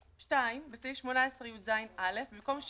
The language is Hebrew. "(2) בסעיף 18יז(א), במקום '70'